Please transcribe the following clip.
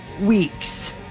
weeks